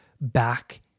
back